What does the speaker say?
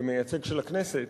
כמייצג של הכנסת,